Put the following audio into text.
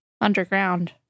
underground